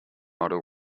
model